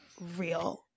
real